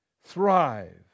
thrive